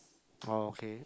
oh okay